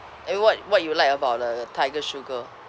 eh what what you like about the tiger sugar